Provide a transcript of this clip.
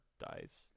dies